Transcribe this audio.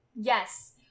Yes